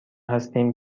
هستیم